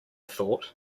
thought